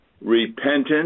repentance